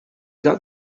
got